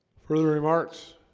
for remarks